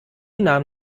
nahm